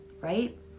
Right